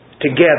together